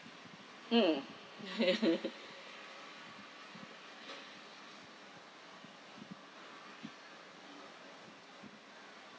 mm